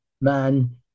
man